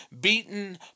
beaten